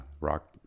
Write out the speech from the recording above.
Rock